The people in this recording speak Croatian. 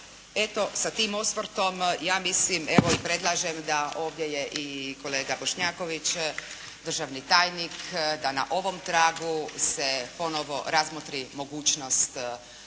Eto, sa tim osvrtom ja mislim evo i predlažem da ovdje je i kolega Bošnjaković, državni tajnik da na ovom tragu se ponovo razmotri mogućnost